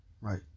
Right